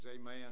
amen